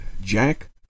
Jack